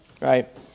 Right